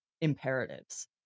imperatives